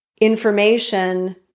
information